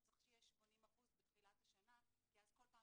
אז צריך שיהיה 80% בתחילת השנה כי אז כל פעם